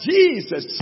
Jesus